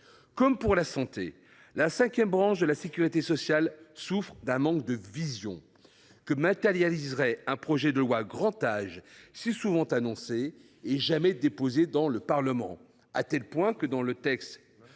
Comme la santé, la cinquième branche de la sécurité sociale souffre d’un manque de vision, que matérialiserait un projet de loi Grand Âge si souvent annoncé et jamais déposé devant le Parlement. C’est tellement